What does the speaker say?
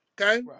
Okay